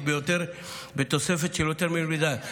ביותר בתוספת של יותר ממיליארד שקלים.